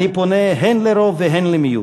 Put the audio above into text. אני פונה הן לרוב והן למיעוט,